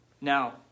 Now